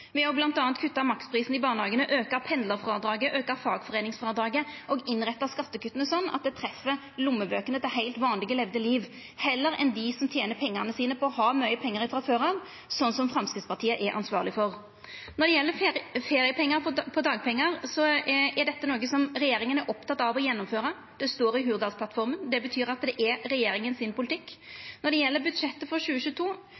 Me har bl.a. kutta maksprisen i barnehagane, auka pendlarfrådraget, auka fagforeiningsfrådraget og innretta skattekutta slik at det treffer lommeboka til heilt vanleg levde liv – heller enn til dei som tener pengane sine på å ha mykje pengar frå før av, som Framstegspartiet er ansvarleg for. Når det gjeld feriepengar på dagpengar, er det noko regjeringa er oppteken av å gjennomføra. Det står i Hurdalsplattforma, og det betyr at det er politikken til regjeringa. Når det gjeld budsjettet for 2022,